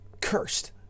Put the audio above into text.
cursed